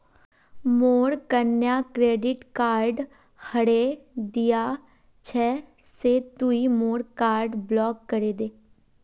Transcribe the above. मोर कन्या credit card हरें दिया छे से तुई मोर कार्ड ब्लॉक करे दे